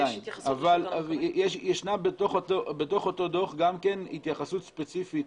עדיין בתוך אותו דוח יש גם התייחסות ספציפית